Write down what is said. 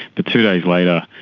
but two days later,